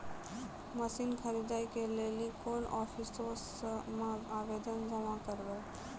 Machine खरीदै के लेली कोन आफिसों मे आवेदन जमा करवै?